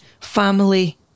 family